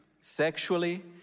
sexually